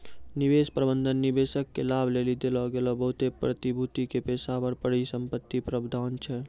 निवेश प्रबंधन निवेशक के लाभ लेली देलो गेलो बहुते प्रतिभूति के पेशेबर परिसंपत्ति प्रबंधन छै